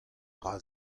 dra